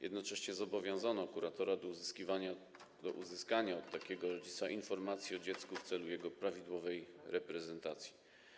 Jednocześnie zobowiązano kuratora do uzyskiwania od takiego rodzica informacji o dziecku w celu jego prawidłowej reprezentacji.